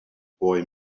boy